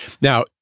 Now